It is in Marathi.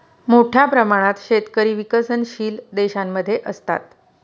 मोठ्या प्रमाणात शेतकरी विकसनशील देशांमध्ये असतात